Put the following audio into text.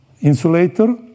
insulator